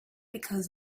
because